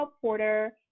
Porter